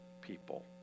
people